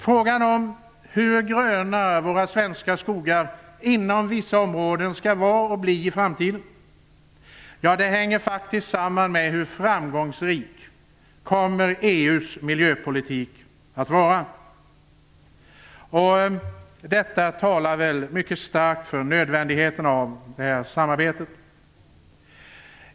Frågan om hur gröna våra svenska skogar inom vissa områden skall vara och bli i framtiden hänger samman med hur framgångsrik EU:s miljöpolitik kommer att vara. Detta talar mycket starkt för nödvändigheten av samarbete.